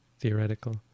theoretical